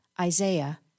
Isaiah